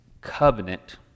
covenant